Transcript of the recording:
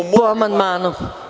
Po amandmanu.